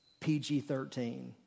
PG-13